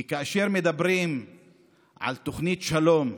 כי כאשר מדברים על תוכנית שלום,